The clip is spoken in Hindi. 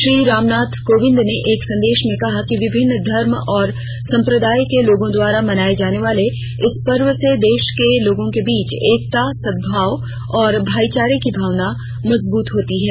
श्री रामनाथ कोविंद ने एक संदेश में कहा कि विभिन्न धर्म और संप्रदाय के लोगों द्वारा मनाए जाने वाले इस पर्व से देश के लोगों के बीच एकता सद्भाव और भाईचारे की भावना मजबूत होती है